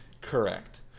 Correct